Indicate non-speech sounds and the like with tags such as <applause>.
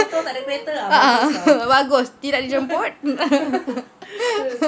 a'ah bagus tidak dijemput <laughs>